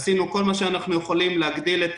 עשינו כל מה שאנחנו יכולים כדי להגדיל את